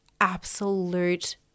absolute